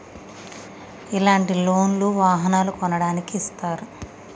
ఇలాంటి లోన్ లు వాహనాలను కొనడానికి ఇస్తారు